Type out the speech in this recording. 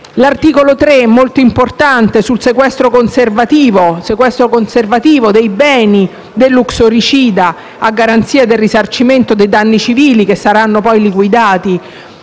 l'articolo 3, molto, importante sul sequestro conservativo dei beni dell'uxoricida, a garanzia del risarcimento dei danni civili che saranno poi liquidati